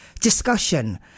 discussion